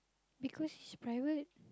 because is private